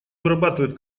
вырабатывают